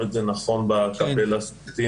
שלך גם בפני הדבקה היא הרבה יותר נמוכה וגם מן הסתם זה